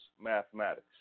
mathematics